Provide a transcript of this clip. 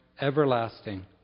everlasting